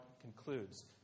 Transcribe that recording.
concludes